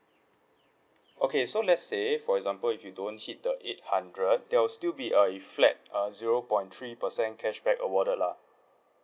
okay so let's say for example if you don't hit the eight hundred there will still be a flat uh zero point three percent cashback awarded lah